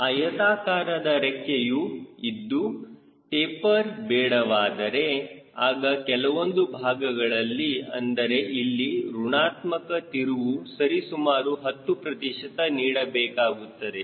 ಆಯತಾಕಾರದ ರೆಕ್ಕೆಯು ಇದ್ದು ಟೆಪರ್ ಬೇಡವಾದರೆ ಆಗ ಕೆಲವೊಂದು ಭಾಗಗಳಲ್ಲಿ ಅಂದರೆ ಇಲ್ಲಿ ಋಣಾತ್ಮಕ ತಿರುವು ಸರಿಸುಮಾರು 10 ಪ್ರತಿಶತ ನೀಡಬೇಕಾಗುತ್ತದೆ